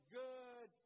good